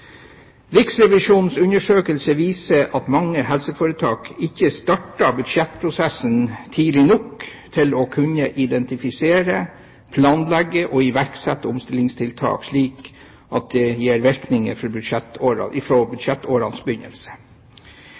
Riksrevisjonens undersøkelse viser at mange helseforetak ikke starter budsjettprosessen tidlig nok til å kunne identifisere, planlegge og iverksette omstillingstiltak slik at de gir virkning fra budsjettårets begynnelse. Komiteen merker seg i denne sammenheng at representanter for